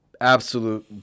absolute